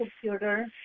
computer